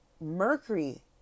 Mercury